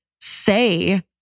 say